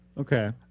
Okay